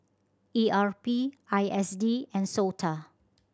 E R P I S D and SOTA